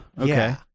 Okay